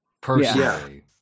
personally